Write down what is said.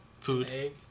food